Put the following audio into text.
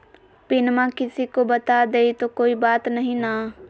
पिनमा किसी को बता देई तो कोइ बात नहि ना?